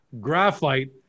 graphite